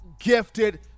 gifted